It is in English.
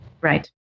Right